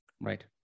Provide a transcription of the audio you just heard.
Right